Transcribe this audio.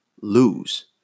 lose